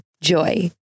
JOY